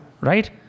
Right